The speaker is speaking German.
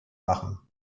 machen